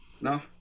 no